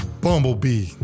Bumblebee